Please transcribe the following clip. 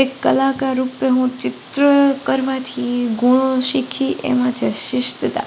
એક કલાકાર રૂપે હું ચિત્ર કરવાથી ગુણો શીખી એમાં જે શિસ્તતા